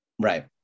right